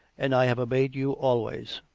and i have obeyed you always.